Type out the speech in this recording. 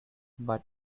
but